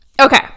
Okay